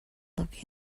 look